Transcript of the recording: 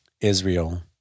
Israel